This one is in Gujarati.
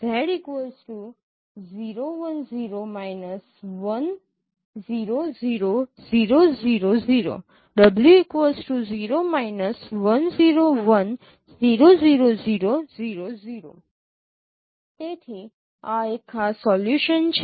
તેથી આ એક ખાસ સોલ્યુશન છે